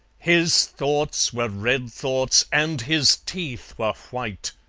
his thoughts were red thoughts and his teeth were white.